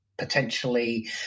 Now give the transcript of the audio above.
potentially